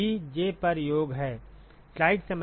यह सभी j पर योग है